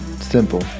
Simple